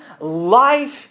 life